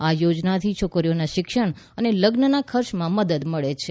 આ યોજનાથી છોકરીઓના શિક્ષણ અને લઝ્ન ખર્ચમાં મદદ મળે છે